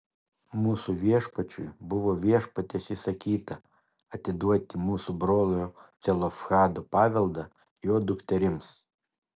mūsų viešpačiui buvo viešpaties įsakyta atiduoti mūsų brolio celofhado paveldą jo dukterims